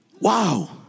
Wow